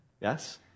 Yes